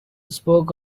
spoke